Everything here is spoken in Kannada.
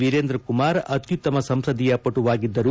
ವಿರೇಂದ್ರ ಕುಮಾರ್ ಅತ್ನುತ್ತಮ ಸಂಸದೀಯ ಪಟುವಾಗಿದ್ದರು